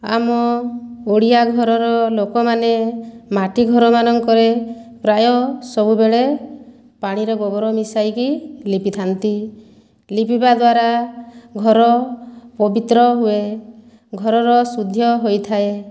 ଆମ ଓଡ଼ିଆ ଘରର ଲୋକମାନେ ମାଟି ଘରମାନଙ୍କରେ ପ୍ରାୟ ସବୁବେଳେ ପାଣିରେ ଗୋବର ମିଶାଇକି ଲିପିଥାନ୍ତି ଲିପିବା ଦ୍ୱାରା ଘର ପବିତ୍ର ହୁଏ ଘରର ଶୁଦ୍ଧ ହୋଇଥାଏ